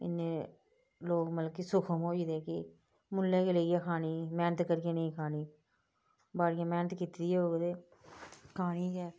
इन्ने लोग मतलब सुक्षम होई गेदे कि मुल्लें गै लेइयै खानी मेहनत करियै नेईं खानी बाडियै मेहनत कीती दी होग ते खानी गै